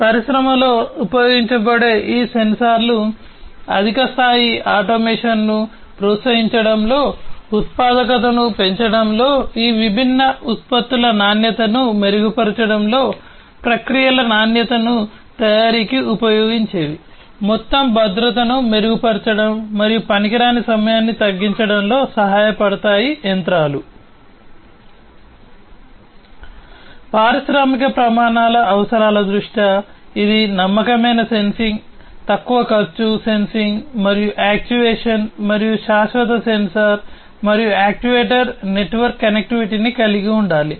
పారిశ్రామిక ప్రమాణాల మరియు యాక్యుయేటర్ నెట్వర్క్ కనెక్టివిటీని కలిగి ఉండాలి